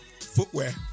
footwear